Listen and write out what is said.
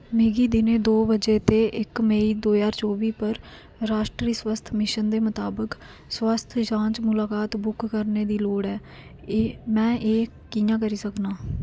मिगी दिनें दो बजै ते इक मेई दो ज्हार चौबी पर राश्ट्री स्वास्थ मिशन दे मताबक स्वास्थ जांच मुलाकात बुक करने दी लोड़ ऐ में एह् कि'यां करी सकनां